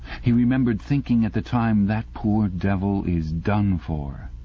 he remembered thinking at the time that poor devil is done for.